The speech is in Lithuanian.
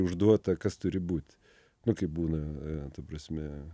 užduota kas turi būti nu kaip būna ta prasme